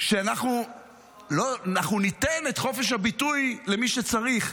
שאנחנו ניתן את חופש הביטוי למי שצריך.